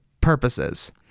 purposes